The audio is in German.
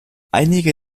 einige